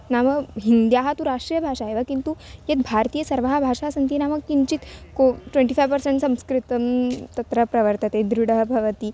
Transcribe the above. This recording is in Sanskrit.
नाम हिन्द्याः तु राष्ट्रीयभाषा एव किन्तु यद्भारतीय सर्वाः भाषाः सन्ति नाम किञ्चित् को ट्वेण्टि फैव् पर्सेण्ट् संस्कृतं तत्र प्रवर्तते दृडः भवति